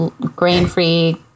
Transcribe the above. grain-free